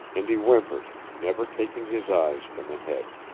and he whimpered, never taking his eyes from ahead.